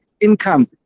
income